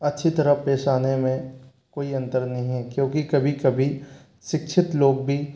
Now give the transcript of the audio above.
अच्छी तरह पेश आने में कोई अंतर नहीं है क्योंकि कभी कभी शिक्षित लोग भी